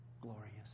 glorious